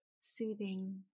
soothing